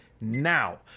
now